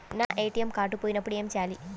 నా ATM card పోయినప్పుడు ఏమి చేయాలి?